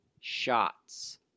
shots